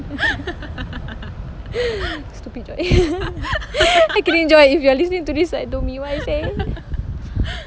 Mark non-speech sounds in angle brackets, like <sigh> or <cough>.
<laughs> stupid joy <noise> I kidding joy if you are listening to this I don't mean what I say